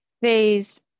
Phase